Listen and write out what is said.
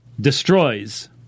destroys